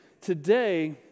today